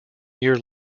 year